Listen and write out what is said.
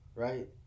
Right